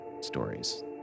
stories